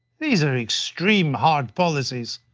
these are extreme, hard policies.